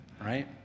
right